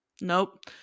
nope